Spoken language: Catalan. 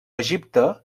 egipte